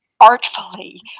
artfully